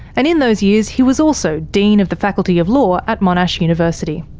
and in those years he was also dean of the faculty of law at monash university.